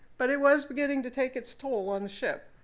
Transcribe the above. but it was beginning to take its toll on the ship.